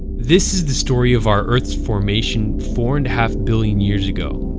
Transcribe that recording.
this is the story of our earth's formation four-and-a-half billion years ago,